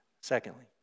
Secondly